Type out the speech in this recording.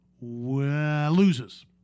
loses